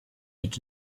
est